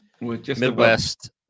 Midwest